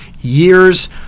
years